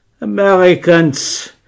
Americans